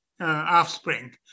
offspring